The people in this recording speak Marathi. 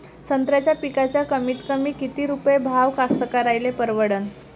संत्र्याचा पिकाचा कमीतकमी किती रुपये भाव कास्तकाराइले परवडन?